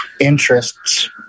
interests